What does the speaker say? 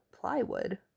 plywood